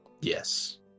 Yes